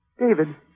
David